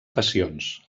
passions